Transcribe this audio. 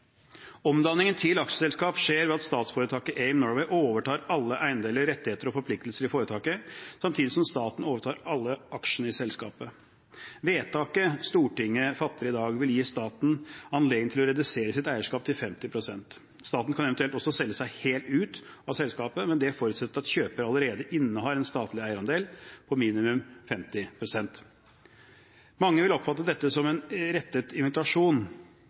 Omdanningen til aksjeselskap skjer ved at statsforetaket AIM Norway overtar alle eiendeler, rettigheter og forpliktelser i foretaket, samtidig som staten overtar alle aksjene i selskapet. Vedtaket Stortinget fatter i dag, vil gi staten anledning til å redusere sitt eierskap til 50 pst. Staten kan eventuelt også selge seg helt ut av selskapet, men det forutsetter at kjøper allerede innehar en statlig eierandel på minimum 50 pst. Mange vil oppfatte dette som en rettet invitasjon.